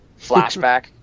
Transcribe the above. flashback